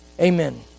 Amen